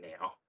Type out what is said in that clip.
now